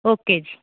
okay ਜੀ